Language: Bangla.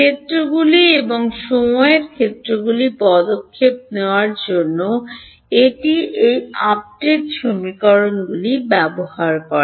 ক্ষেত্রগুলি এবং সময় ক্ষেত্রগুলিতে পদক্ষেপ নেওয়ার জন্য এটি এই আপডেট সমীকরণগুলি ব্যবহার করে